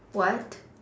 what